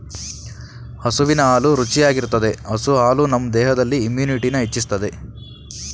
ಹಸುವಿನ ಹಾಲು ರುಚಿಯಾಗಿರ್ತದೆ ಹಸು ಹಾಲು ನಮ್ ದೇಹದಲ್ಲಿ ಇಮ್ಯುನಿಟಿನ ಹೆಚ್ಚಿಸ್ತದೆ